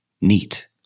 neat